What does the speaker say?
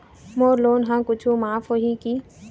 मोर loan हा कुछू माफ होही की?